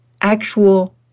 actual